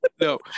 no